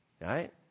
Right